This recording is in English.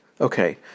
Okay